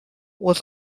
was